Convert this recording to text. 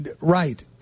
right